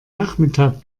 nachmittag